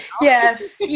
Yes